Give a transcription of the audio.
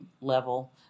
level